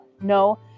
No